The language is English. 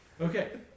Okay